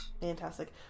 Fantastic